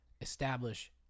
establish